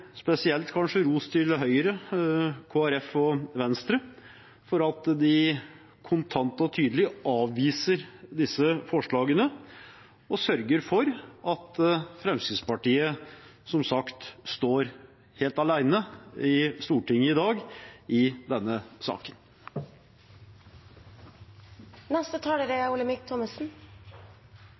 ros til Høyre, Kristelig Folkeparti og Venstre for at de kontant og tydelig avviser disse forslagene og sørger for at Fremskrittspartiet, som sagt, står helt alene i Stortinget i dag i denne saken. Dette er